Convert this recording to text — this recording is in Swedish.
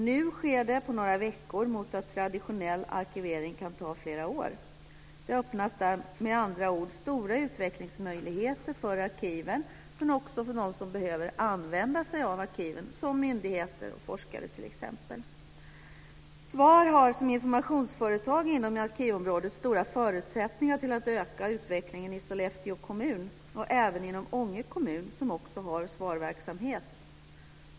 Nu sker det på några veckor, medan traditionell arkivering kan ta flera år. Det öppnas med andra ord stora utvecklingsmöjligheter för arkiven men också för dem som behöver använda sig av arkiven, t.ex. myndigheter och forskare. SVAR har som informationsföretag inom arkivområdet stora förutsättningar för att öka utvecklingen i Sollefteå kommun - och även inom Ånge kommun, som också har SVAR-verksamhet.